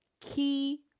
key